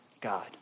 God